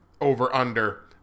over-under